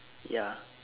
ya